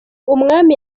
umwami